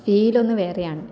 feel ഒന്ന് വേറെയാണ്